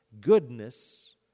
Goodness